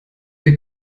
wir